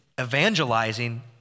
evangelizing